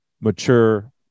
mature